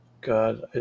god